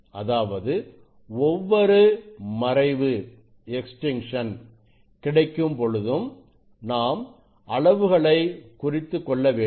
அதாவது ஒவ்வொரு மறைவு கிடைக்கும் பொழுதும் நாம் அளவுகளை குறித்துக் கொள்ள வேண்டும்